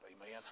amen